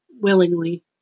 willingly